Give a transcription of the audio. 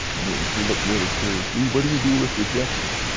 and he he looked really serious, d, what do you do with rejection?